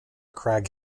crag